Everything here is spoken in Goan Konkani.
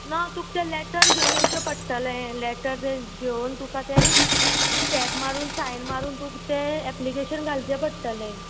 ना तुका तें लॅटर घेवन येवचें पडटलें लॅटर घेवन तुका तें स्टॅप मारून सायन मारून तुका तें एप्लिकेशन घालचें पडटलें